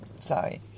Sorry